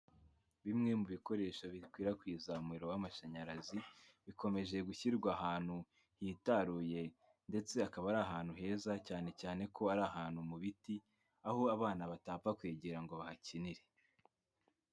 Bimwe mu bikoresho bikwirakwiza umuriro w'amashanyarazi bikomeje gushyirwa ahantu hitaruye, ndetse akaba ari ahantu heza cyane cyane ko ari ahantu mu biti aho abana batapfa kwegera ngo bahakinire.